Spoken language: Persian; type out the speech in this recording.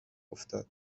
افتاد